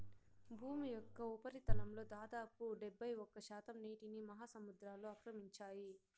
భూమి యొక్క ఉపరితలంలో దాదాపు డెబ్బైఒక్క శాతం నీటిని మహాసముద్రాలు ఆక్రమించాయి